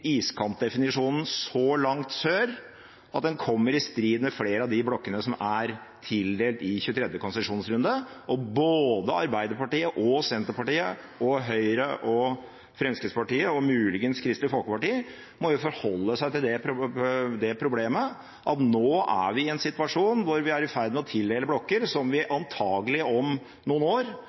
iskantdefinisjonen så langt sør at den kommer i strid med flere av de blokkene som er tildelt i 23. konsesjonsrunde. Både Arbeiderpartiet, Senterpartiet, Høyre, Fremskrittspartiet og muligens Kristelig Folkeparti må forholde seg til det problemet at vi nå er i en situasjon hvor vi er i ferd med å tildele blokker som antakelig om noen år